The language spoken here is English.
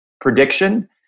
prediction